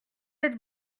êtes